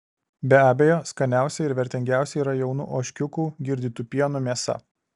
be abejo skaniausia ir vertingiausia yra jaunų ožkiukų girdytų pienu mėsa